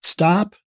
Stop